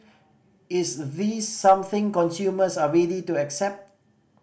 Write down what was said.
is the this something consumers are ready to accept